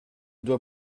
doit